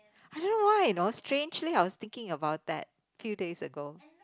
I don't know why you know strangely I was thinking about that few days ago